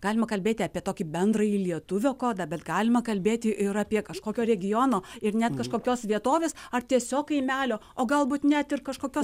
galima kalbėti apie tokį bendrąjį lietuvio kodą bet galima kalbėti ir apie kažkokio regiono ir net kažkokios vietovės ar tiesiog kaimelio o galbūt net ir kažkokios